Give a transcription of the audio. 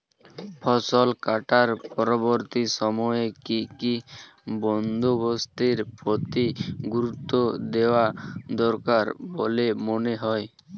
ফসল কাটার পরবর্তী সময়ে কি কি বন্দোবস্তের প্রতি গুরুত্ব দেওয়া দরকার বলে মনে হয়?